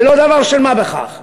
זה לא דבר של מה בכך.